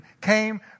came